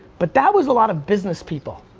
but that was a lot of business people,